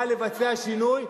בא לבצע שינוי,